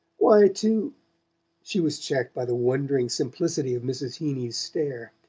why, to she was checked by the wondering simplicity of mrs. heeny's stare.